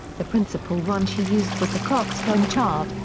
the principal one she used was the coxcomb chart,